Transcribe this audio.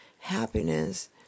happiness